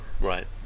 Right